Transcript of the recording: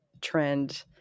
trend